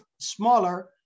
smaller